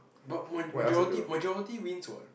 but ma~ majority majority wins what